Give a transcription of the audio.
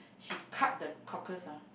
she cut the cockles ah